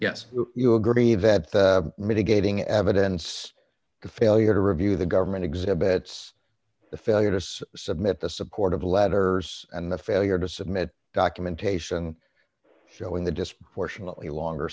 yes you agree that the mitigating evidence the failure to review the government exhibits the failure to submit the support of the letters and the failure to submit documentation showing the disproportionately longer